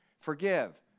Forgive